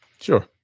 Sure